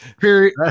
period